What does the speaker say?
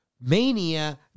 mania